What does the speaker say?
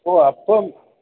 ഓ അപ്പം